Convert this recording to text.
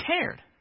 cared